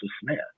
Smith